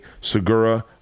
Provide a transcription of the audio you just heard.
Segura